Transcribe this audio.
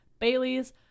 Baileys